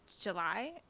july